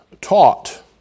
taught